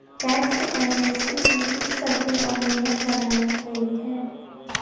tax amnesty की कुछ शर्तें और नियम बनाये गये हैं